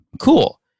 Cool